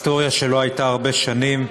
מה שלא היה הרבה שנים.